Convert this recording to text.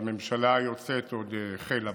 שהממשלה היוצאת החלה בו.